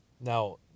Now